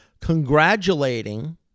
congratulating –